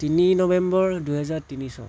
তিনি নৱেম্বৰ দুহেজাৰ তিনি চন